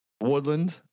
Woodland